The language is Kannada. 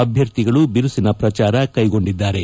ಅಭ್ಯರ್ಥಿಗಳು ಬಿರುಸಿನ ಪ್ರಚಾರ ಕೈಗೊಂಡಿದ್ದಾರೆ